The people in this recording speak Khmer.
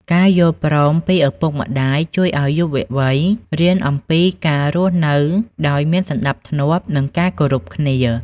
ការយល់ព្រមពីឪពុកម្ដាយជួយឱ្យយុវវ័យរៀនអំពីការរស់នៅដោយមានសណ្តាប់ធ្នាប់ និងការគោរពគ្នា។